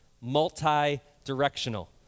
multi-directional